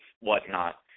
whatnot